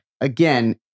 again